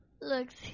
Looks